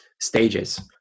stages